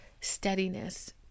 steadiness